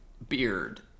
beard